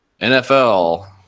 nfl